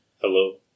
Hello